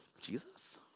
Jesus